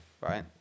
right